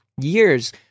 years